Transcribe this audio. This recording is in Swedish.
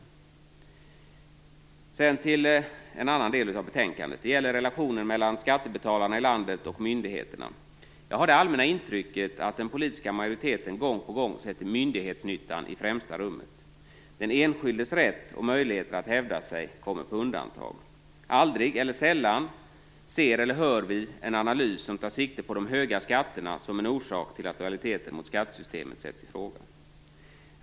Låt mig sedan gå över till en annan del av betänkandet. Det gäller relationen mellan skattebetalarna i landet och myndigheterna. Jag har det allmänna intrycket att den politiska majoriteten gång på gång sätter myndighetsnyttan i främsta rummet. Den enskildes rätt och möjligheter att hävda sig kommer på undantag. Aldrig eller sällan ser eller hör vi en analys som tar sikte på de höga skatterna som en orsak till att lojaliteten med skattesystemet sätts i fråga.